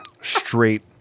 straight